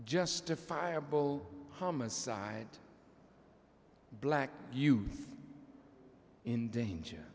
justifiable homicide black youth in danger